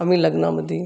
आम्ही लग्नामध्ये